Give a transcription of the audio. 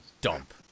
dump